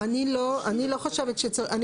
תראו, אני לא חושבת שצריך.